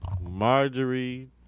Marjorie